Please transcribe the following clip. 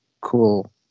cool